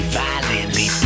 violently